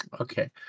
Okay